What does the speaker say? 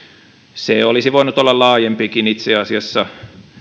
se olisi voinut olla laajempikin itse asiassa